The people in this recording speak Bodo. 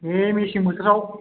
बे मेसें बोथोराव